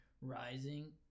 rising